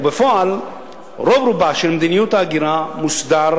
ובפועל רוב רובה של מדיניות ההגירה מוסדרת